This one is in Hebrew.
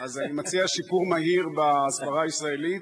אז אני מציע שיפור מהיר בהסברה הישראלית.